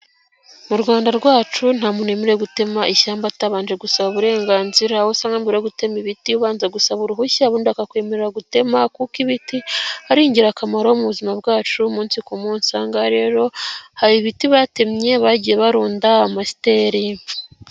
Mu Rwanda rwacu ntamunemere gutema ishyamba atabanje gusaba uburenganzira, aho usanga agura gutema ibiti ubanza gusaba uruhushya ubundi akakwemerera gutema kuko ibiti ari ingirakamaro mu buzima bwacu, umunsi ku kumusanga rero hari ibiti batemye bagiye barunda amasiteri.